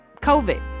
COVID